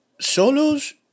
Solos